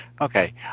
Okay